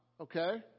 okay